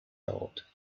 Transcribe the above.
thought